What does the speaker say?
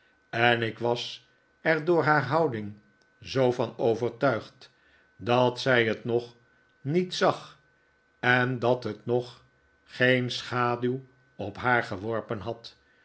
en ik was er door haar houding zoo van overtuigd dat zij het nog niet zag en dat het nog geen schaduw op haar geworpen had